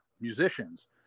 musicians